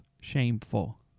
shameful